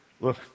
look